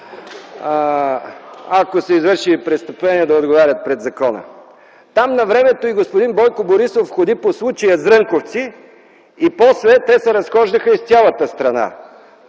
Ако са извършили престъпления – да отговарят пред закона! Навремето господин Бойко Борисов ходи по случая „Зрънковци” и после те се разхождаха из цялата страна.